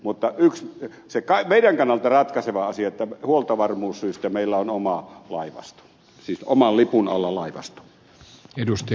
mutta meidän kannaltamme ratkaiseva asia on että huoltovarmuussyistä meillä on oma laivasto siis oman lipun alla laivasto